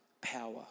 power